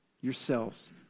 yourselves